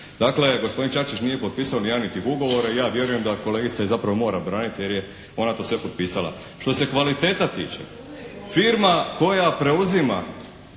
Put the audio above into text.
Dakle gospodin Čačić nije potpisao ni jedan od tih ugovora i ja vjerujem da kolegica i zapravo mora braniti jer je ona to sve potpisala. Što se kvaliteta tiče firma koja preuzima